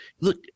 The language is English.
look